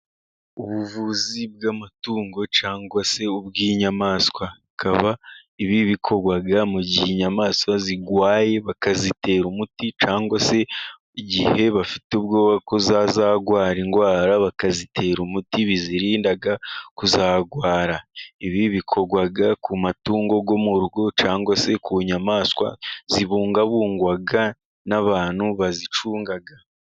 Ubuvuzi bw'amatungo cyangwa se ubw'inyamaswa, bikaba ibi bikorwa mu gihe inyamaswa zirwaye, bakazitera umuti cyangwa se igihe bafite ubwoba ko zazarwara indwara bakazitera umuti, bizirinda kuzarwara. Ibi bikorwa ku matungo yo mu rugo cyangwa se ku nyamaswa zibungabungwa n'abantu bazicunga.